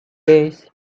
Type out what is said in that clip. days